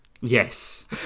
Yes